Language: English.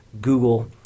google